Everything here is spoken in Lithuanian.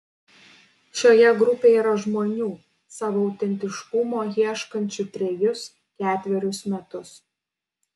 šioje grupėje yra žmonių savo autentiškumo ieškančių trejus ketverius metus